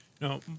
no